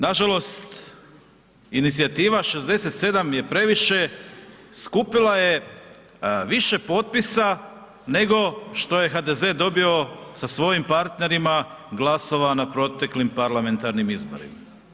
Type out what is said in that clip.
Nažalost inicijativa „67 je previše“ skupila je više potpisa nego što je HDZ dobio sa svojim partnerima glasova na proteklim parlamentarnim izborima.